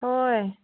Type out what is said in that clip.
ꯍꯣꯏ